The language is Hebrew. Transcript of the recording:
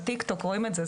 בטיקטוק רואים את זה,